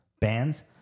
bands